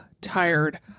tired